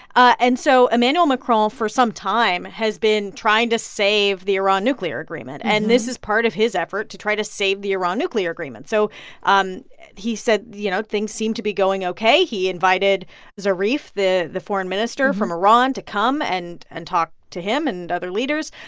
and so emmanuel macron, for some time, has been trying to save the iran nuclear agreement. and this is part of his effort to try to save the iran nuclear agreement. so um he said, you know, things seem to be going ok. he invited zarif, the the foreign minister from iran, to come and and talk to him and other leaders.